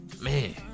man